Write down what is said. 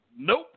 Nope